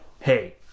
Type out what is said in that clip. Hey